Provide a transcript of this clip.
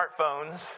smartphones